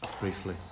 Briefly